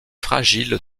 fragile